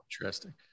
Interesting